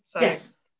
Yes